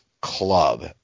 club